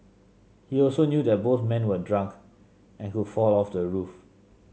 he also knew that both men were drunk and could fall off the roof